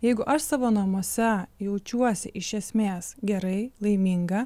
jeigu aš savo namuose jaučiuosi iš esmės gerai laiminga